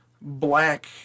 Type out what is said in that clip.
black